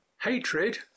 hatred